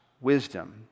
wisdom